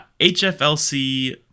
HFLC